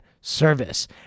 Service